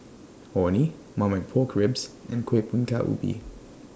Orh Nee Marmite Pork Ribs and Kueh Bingka Ubi